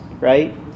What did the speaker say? right